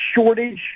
shortage